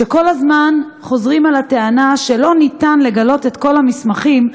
כשכל הזמן חוזרים על הטענה שאין אפשרות לגלות את כל המסמכים,